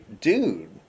dude